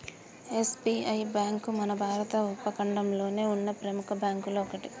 SBI bank మన భారత ఉపఖండంలోనే ఉన్న ప్రెముఖ బ్యేంకుల్లో ఒకటి